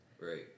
Right